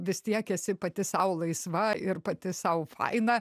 vis tiek esi pati sau laisva ir pati sau faina